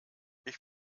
ich